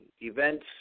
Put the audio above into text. events